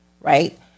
Right